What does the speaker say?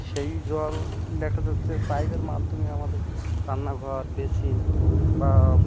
সেই জল দেখা যাচ্ছে পাইপের মাধ্যমে আমাদের রান্নাঘর বেসিন বা